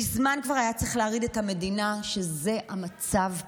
מזמן כבר היה צריך להרעיד את המדינה שזה המצב פה.